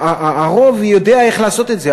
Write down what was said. הרוב יודע איך לעשות את זה,